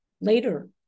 later